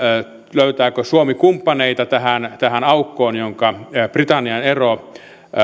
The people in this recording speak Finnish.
löytääkö suomi kumppaneita tähän tähän aukkoon jonka britannian ero